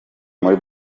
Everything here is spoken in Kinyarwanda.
muri